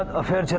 of